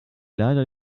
leider